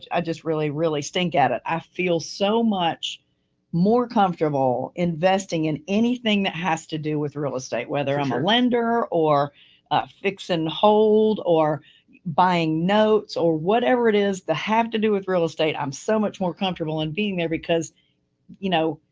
i just really, really stink at it. i feel so much more comfortable investing in anything that has to do with real estate, whether i'm a lender or a fix and hold or buying notes or whatever it is the have to do with real estate. i'm so much more comfortable in being there because you know,